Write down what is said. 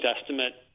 estimate